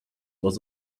was